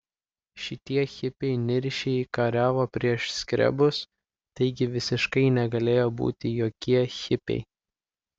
šitie hipiai niršiai kariavo prieš skrebus taigi visiškai negalėjo būti jokie hipiai